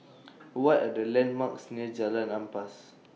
What Are The landmarks near Jalan Ampas